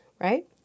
right